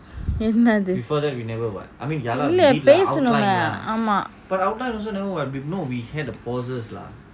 என்னது இல்ல பேசுனோமே ஆமா:ennathu illa peasunomey ama